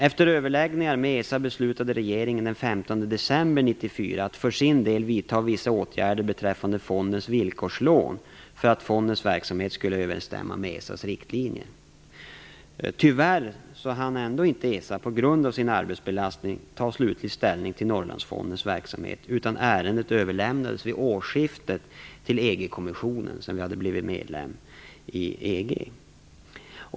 Efter överläggningar med ESA beslutade regeringen den 15 december 1994 att, för sin del, vidta vissa åtgärder beträffande fondens villkorslån för att fondens verksamhet skulle överensstämma med Tyvärr hann ESA på grund av sin arbetsbelastning inte ta slutlig ställning till Norrlandsfondens verksamhet, utan ärendet överlämnades vid årsskiftet till EG kommissionen sedan vi blivit medlem i EG.